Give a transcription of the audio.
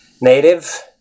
native